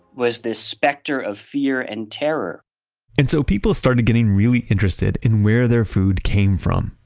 was this specter of fear and terror and so people started getting really interested in where their food came from,